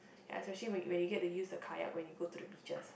especially when you when you get to use the kayak when you to the beaches